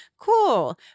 cool